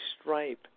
stripe